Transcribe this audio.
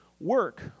work